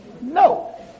No